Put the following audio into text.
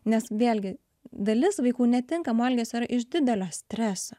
nes vėlgi dalis vaikų netinkamo elgesio yra iš didelio streso